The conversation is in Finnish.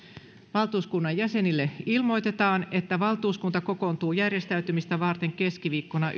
valtuuskunnan jäsenille ilmoitetaan että valtuuskunta kokoontuu järjestäytymistä varten keskiviikkona